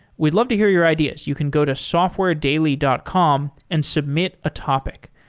we'd love to hear your ideas. you can go to softwaredaily dot com and submit a topic.